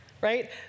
right